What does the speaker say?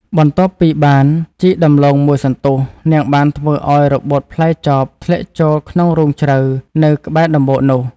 បន្ទាប់ពីបានជីកដំឡូងមួយសន្ទុះ នាងបានធ្វើឲ្យរបូតផ្លែចបធ្លាក់ចូលក្នុងរូងជ្រៅនៅក្បែរដំបូកនោះ។